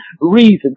Reason